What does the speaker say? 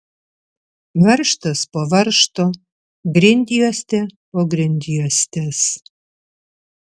varžtas po varžto grindjuostė po grindjuostės